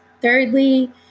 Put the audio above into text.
Thirdly